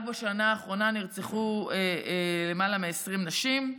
רק בשנה האחרונה נרצחו למעלה מ-20 נשים,